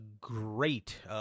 great